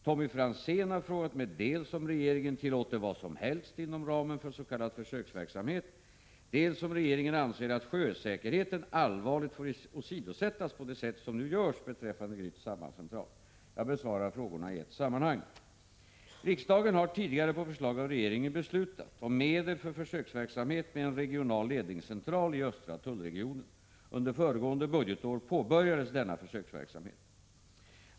Tommy Franzén har frågat mig dels om regeringen tillåter vad som helst inom ramen för en s.k. försöksverksamhet, dels om : regeringen anser att sjösäkerheten allvarligt får åsidosättas på det sätt som nu görs beträffande Gryts sambandscentral. Jag besvarar frågorna i ett sammanhang. Riksdagen har tidigare på förslag av regeringen beslutat om medel för försöksverksamhet med en regional ledningscentral i östra tullregionen. Under föregående budgetår påbörjades denna försöksverksamhet.